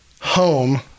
home